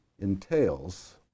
entails